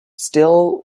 still